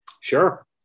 Sure